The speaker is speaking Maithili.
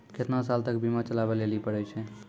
केतना साल तक बीमा चलाबै लेली पड़ै छै?